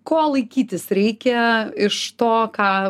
ko laikytis reikia iš to ką